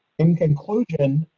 in conclusion,